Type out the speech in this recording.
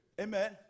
Amen